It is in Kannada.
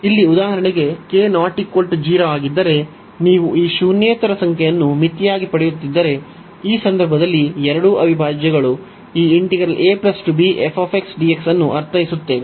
ಇಲ್ಲಿ ಉದಾಹರಣೆಗೆ k ≠ 0 ಆಗಿದ್ದರೆ ನೀವು ಈ ಶೂನ್ಯೇತರ ಸಂಖ್ಯೆಯನ್ನು ಮಿತಿಯಾಗಿ ಪಡೆಯುತ್ತಿದ್ದರೆ ಈ ಸಂದರ್ಭದಲ್ಲಿ ಎರಡೂ ಅವಿಭಾಜ್ಯಗಳು ಈ ಅನ್ನು ಅರ್ಥೈಸುತ್ತವೆ